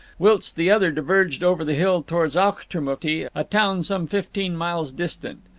whilst the other diverged over the hill towards auchtermuchty, a town some fifteen miles distant.